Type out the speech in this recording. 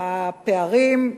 הפערים,